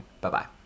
Bye-bye